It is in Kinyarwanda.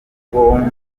ubwonko